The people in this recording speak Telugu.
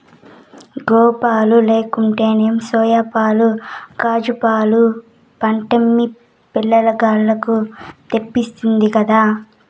గోవుపాలు లేకుంటేనేం సోయాపాలు కాజూపాలు పట్టమ్మి పిలగాల్లకు తెస్తినిగదా